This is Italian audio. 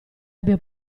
abbia